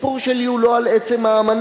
הסיפור שלי הוא לא על עצם האמנה.